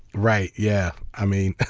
right, yeah. i mean,